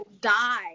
die